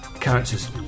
characters